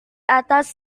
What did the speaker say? atas